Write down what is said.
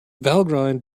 valgrind